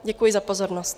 Děkuji za pozornost.